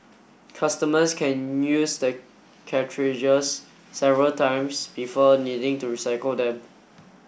customers can use the cartridges several times before needing to recycle them